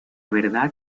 verdad